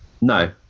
no